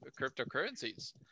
cryptocurrencies